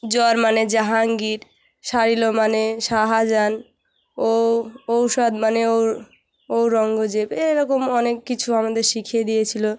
জ্বর মানে জাহাঙ্গীর সারিলো মানে শাহজাহান ও ঔষধ মানে ও ঔরঙ্গজেব এরকম অনেক কিছু আমাদের শিখিয়ে দিয়েছিলো